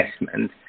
investment